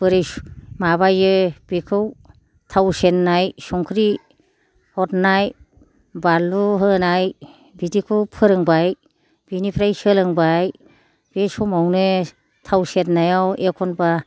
बोरै माबायो बेखौ थाव सेरनाय संख्रि हरनाय बानलु होनाय बिदिखौ फोरोंबाय बिनिफ्राय सोलोंबाय बे समावनो थाव सेरनायाव एखम्बा